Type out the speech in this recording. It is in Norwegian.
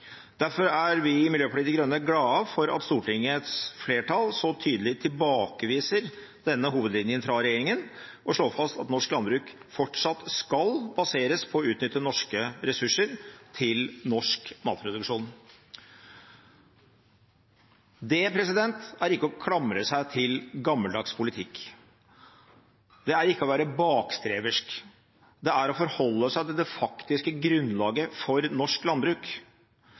Derfor er vi i Miljøpartiet De Grønne glade for at Stortingets flertall så tydelig tilbakeviser denne hovedlinjen fra regjeringen og slår fast at norsk landbruk fortsatt skal baseres på å utnytte norske ressurser til norsk matproduksjon. Det er ikke å klamre seg til gammeldags politikk. Det er ikke å være bakstreversk. Det er å forholde seg til det faktiske grunnlaget for norsk landbruk,